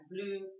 blue